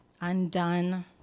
undone